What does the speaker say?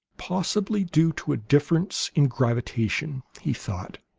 possibly due to difference in gravitation, he thought.